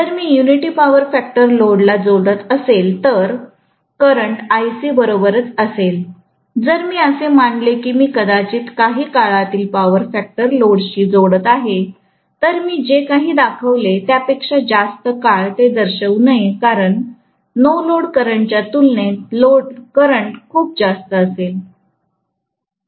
जर मी unity power factor load ला जोडत असेल तर करंट Ic बरोबरच असेल जर मी असे मानले की मी कदाचित काही काळातील पॉवर फॅक्टर लोडशी जोडत आहे तर मी जे काही दाखविले त्या पेक्षा जास्त काळ ते दर्शवू नये कारण नो लोड करंटच्या तुलनेत लोड करंट खूप जास्त असेल